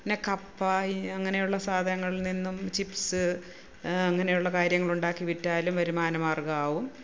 പിന്നെ കപ്പ ഈ അങ്ങനെയുള്ള സാധനങ്ങളില് നിന്നും ചിപ്സ് അങ്ങനെയുള്ള കാര്യങ്ങള് ഉണ്ടാക്കി വിറ്റാലും വരുമാന മാര്ഗം ആവും